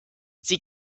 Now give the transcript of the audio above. sie